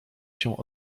się